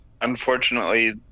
unfortunately